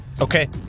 Okay